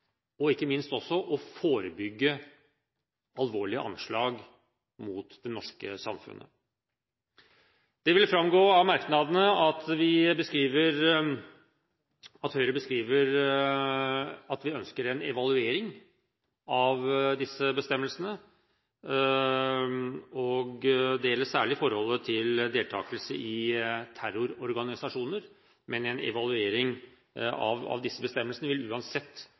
og ikke minst forebygge alvorlige anslag mot det norske samfunnet. Det vil framgå av merknadene at Høyre ønsker en evaluering av disse bestemmelsene, og det gjelder særlig forholdet til deltakelse i terrororganisasjoner. Høyre vil peke på at en evaluering av disse bestemmelsene uansett